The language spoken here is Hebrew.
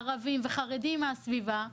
ערבים וחרדים מהסביבה,